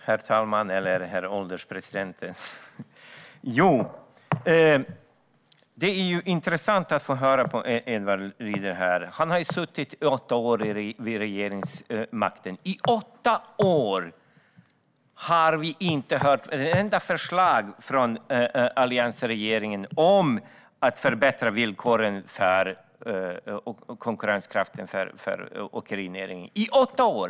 Herr ålderspresident! Det är intressant att höra på Edward Riedl. Han är med i det parti som satt vid regeringsmakten i åtta år. Under åtta år hörde vi inte ett enda förslag från alliansregeringen om att förbättra villkoren och konkurrenskraften för åkerinäringen - åtta år!